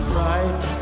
right